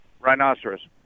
Rhinoceros